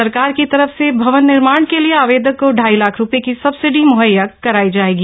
सरकार की तरफ से भवन निर्माण के लिए आवेदक को ढाई लाख रुपए की सब्सिडी मु्हैया कराई जाएगी